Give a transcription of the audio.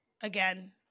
Again